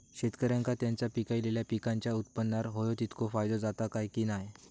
शेतकऱ्यांका त्यांचा पिकयलेल्या पीकांच्या उत्पन्नार होयो तितको फायदो जाता काय की नाय?